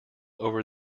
over